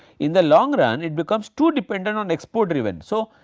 in the long run, it becomes too dependent on export driven. so,